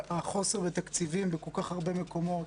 חוסר בתקציבים בכל כך הרבה מקומות.